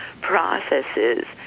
processes